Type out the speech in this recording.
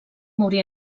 morí